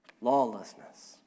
lawlessness